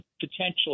potentially